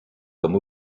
comme